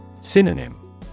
Synonym